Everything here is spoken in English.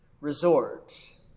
resort